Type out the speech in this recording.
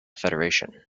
federation